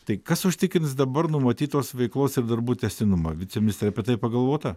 tai kas užtikrins dabar numatytos veiklos ir darbų tęstinumą viceministre apie tai pagalvota